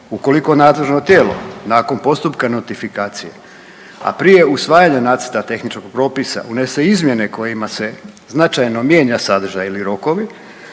Ukoliko nadležno tijelo nakon postupka notifikacije, a prije usvajanja nacrta tehničkog propisa unese izmjene kojima se značajno mijenja sadržaj ili rokovi